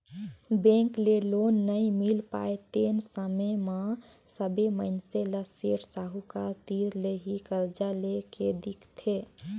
bank ले loan नइ मिल पाय तेन समे म सबे मइनसे ल सेठ साहूकार तीर ले ही करजा लेए के दिखथे